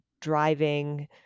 driving